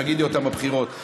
תגידי אותן בבחירות.